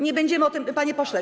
Nie będziemy o tym, panie pośle.